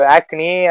Acne